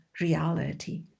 reality